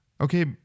Okay